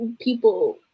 people